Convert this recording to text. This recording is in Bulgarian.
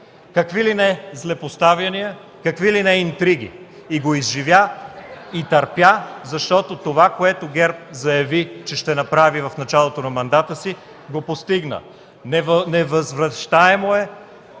какви ли не злепоставяния, какви ли не интриги, и го изживя и търпя, защото това, което ГЕРБ заяви, че ще направи в началото на мандата си, го постигна. Невъзвръщаемо е